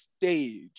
stage